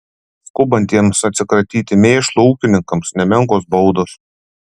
skubantiems atsikratyti mėšlu ūkininkams nemenkos baudos